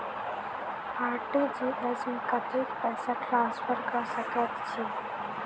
RTGS मे कतेक पैसा ट्रान्सफर कऽ सकैत छी?